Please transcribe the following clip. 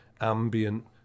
ambient